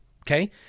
Okay